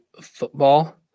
football